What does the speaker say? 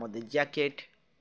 আমাদের জ্যাকেট